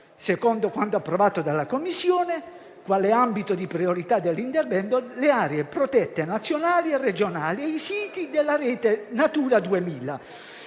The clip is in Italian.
secondo quanto approvato dalla Commissione - quale ambito di priorità dell'intervento le aree protette nazionali e regionali e i siti Natura 2000